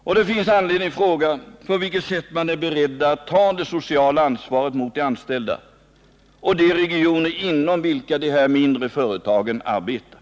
Och det finns anledning fråga på vilket sätt man är beredd att ta det sociala ansvaret mot de anställda och de regioner inom vilka de här mindre företagen arbetar.